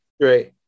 Great